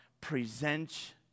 Present